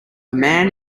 man